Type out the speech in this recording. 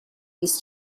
used